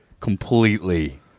completely